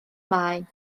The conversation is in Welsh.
maen